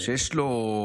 שיש לו,